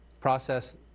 process